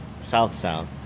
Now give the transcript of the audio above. south-south